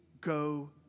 go